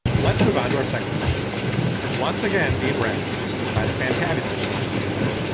let's move on to our second question once again, being read by the fantabulous shatteringly in our